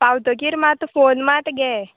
पावतकीर मात फोन मात गे